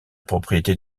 propriété